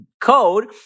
code